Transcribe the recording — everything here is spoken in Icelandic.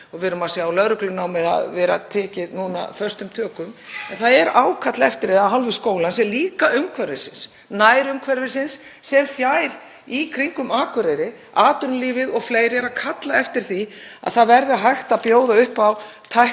í kringum Akureyri, atvinnulífið og fleiri eru að kalla eftir því að það verði hægt að bjóða upp á tæknifræðinám til þess einmitt að ýta undir það sem Háskólinn á Akureyri hefur haft mjög mikla sérstöðu um, hvernig